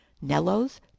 Nello's